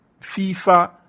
FIFA